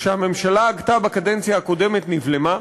שהממשלה הגתה בממשלה הקודמת, נבלמה,